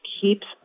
keeps